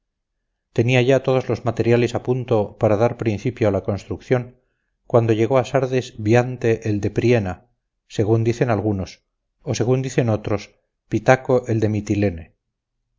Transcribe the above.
tenía ya todos los materiales a punto para dar principio a la construcción cuando llegó a sardes biante el de priena según dicen algunos o según dicen otros pitaco el de